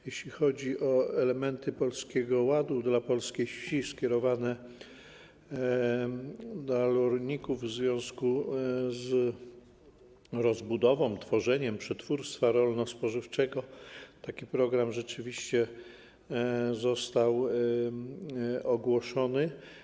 Jeśli chodzi o elementy Polskiego Ładu dla polskiej wsi skierowane do rolników w związku z rozbudową, tworzeniem przetwórstwa rolno-spożywczego, taki program rzeczywiście został ogłoszony.